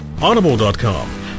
Audible.com